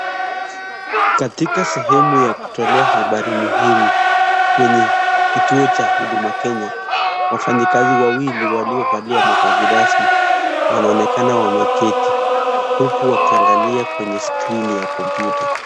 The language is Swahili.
Katika sehemu ya kutolea habari muhimu, kwenye, kituo cha Huduma Kenya, wafanyikazi wawili waliovalia mavazi rasmi, wanaonekana wameketi, huku wakiangalia kwenye skrini ya kompyuta.